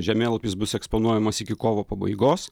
žemėlapis bus eksponuojamas iki kovo pabaigos